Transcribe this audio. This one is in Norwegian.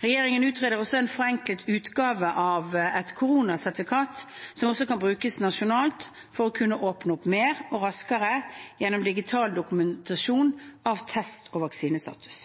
Regjeringen utreder om en forenklet utgave av et koronasertifikat også kan brukes nasjonalt for å kunne åpne opp mer og raskere, gjennom digital dokumentasjon av test- og vaksinestatus.